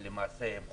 ולמעשה הם חוזרים,